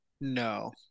no